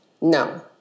No